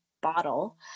bottle